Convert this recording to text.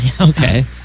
Okay